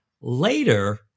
later